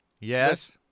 yes